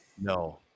No